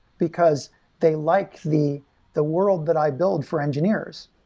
because they liked the the world that i build for engineers,